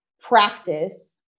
practice